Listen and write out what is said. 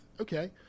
okay